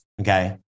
Okay